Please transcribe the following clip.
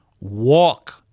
Walk